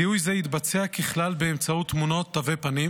זיהוי זה יתבצע ככלל באמצעות תמונת תווי פנים.